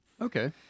Okay